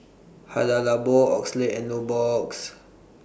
Hada Labo Oakley and Nubox